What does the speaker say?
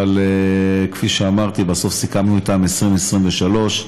אבל כפי שאמרתי, בסוף סיכמנו אתם על 2023,